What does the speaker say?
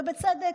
ובצדק,